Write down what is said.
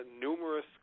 numerous